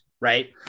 right